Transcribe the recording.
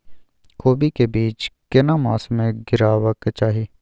कोबी के बीज केना मास में गीरावक चाही?